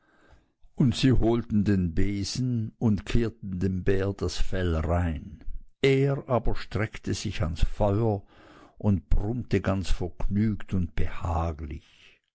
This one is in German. und sie holten den besen und kehrten dem bär das fell rein er aber streckte sich ans feuer und brummte ganz vergnügt und behaglich